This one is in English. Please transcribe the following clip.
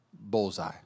bullseye